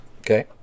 Okay